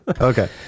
okay